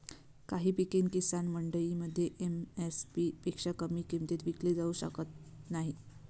काही पिके किसान मंडईमध्ये एम.एस.पी पेक्षा कमी किमतीत विकली जाऊ शकत नाहीत